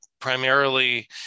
primarily